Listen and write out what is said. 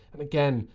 and again,